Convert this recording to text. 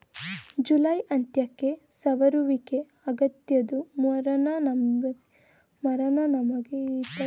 July ಅಂತ್ಯಕ್ಕೆ ಸವರುವಿಕೆ ಅಗತ್ಯದ್ದು ಮರನ ನಮಗೆ ಹಿತಕಾರಿಯಾಗುವಂತೆ ಬೆಳೆಸೋದು ಮೂಲ ಕೆಲ್ಸವಾಗಯ್ತೆ